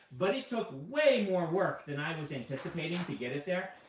but it took way more work than i was anticipating to get it there.